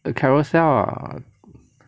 on Carousell lah